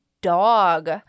dog